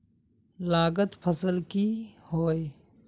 लागत फसल की होय?